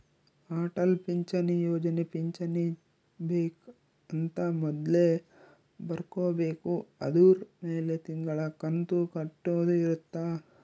ಅಟಲ್ ಪಿಂಚಣಿ ಯೋಜನೆ ಪಿಂಚಣಿ ಬೆಕ್ ಅಂತ ಮೊದ್ಲೇ ಬರ್ಕೊಬೇಕು ಅದುರ್ ಮೆಲೆ ತಿಂಗಳ ಕಂತು ಕಟ್ಟೊದ ಇರುತ್ತ